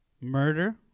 murder